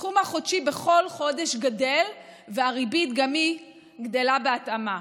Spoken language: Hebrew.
הסכום החודשי בכל חודש גדל והריבית גם היא גדלה בהתאמה.